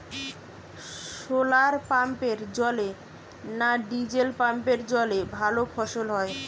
শোলার পাম্পের জলে না ডিজেল পাম্পের জলে ভালো ফসল হয়?